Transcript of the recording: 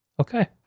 Okay